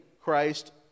Christ